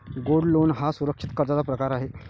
gold loan हा सुरक्षित कर्जाचा प्रकार आहे